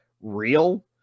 Real